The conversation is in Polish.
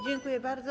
Dziękuję bardzo.